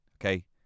okay